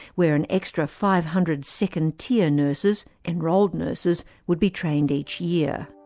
where an extra five hundred second-tier nurses, enrolled nurses, would be trained each year.